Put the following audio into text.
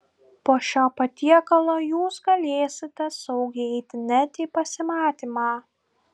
po šio patiekalo jūs galėsite saugiai eiti net į pasimatymą